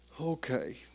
okay